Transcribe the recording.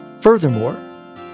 Furthermore